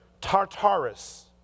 Tartarus